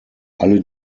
alle